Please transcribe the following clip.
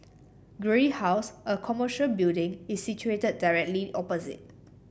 Guthrie House a commercial building is situated directly opposite